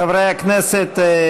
חברי הכנסת,